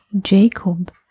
Jacob